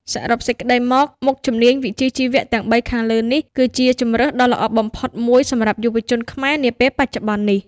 សរុបសេចក្តីមក មុខជំនាញវិជ្ជាជីវៈទាំងបីខាងលើនេះគឺជាជម្រើសដ៏ល្អបំផុតមួយសម្រាប់យុវជនខ្មែរនាពេលបច្ចុប្បន្ននេះ។